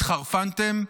התחרפנתם?